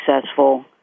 successful